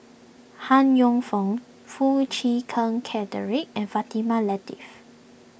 Han Yong Feng Foo Chee Keng Cedric and Fatimah Lateef